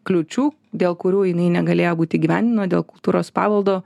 kliūčių dėl kurių jinai negalėjo būt įgyvendinama dėl kultūros paveldo